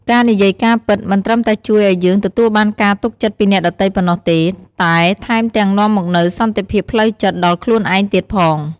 ការនិយាយការពិត មិនត្រឹមតែជួយឲ្យយើងទទួលបានការទុកចិត្តពីអ្នកដទៃប៉ុណ្ណោះទេ តែថែមទាំងនាំមកនូវសន្តិភាពផ្លូវចិត្តដល់ខ្លួនឯងទៀតផង។